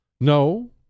No